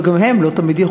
וגם היא לא תמיד,